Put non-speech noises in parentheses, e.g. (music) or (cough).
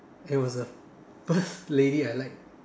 it was a first (laughs) lady I liked